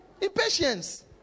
impatience